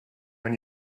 when